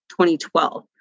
2012